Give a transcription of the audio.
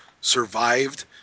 survived